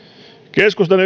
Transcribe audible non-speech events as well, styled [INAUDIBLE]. keskustan [UNINTELLIGIBLE]